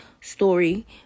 story